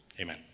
Amen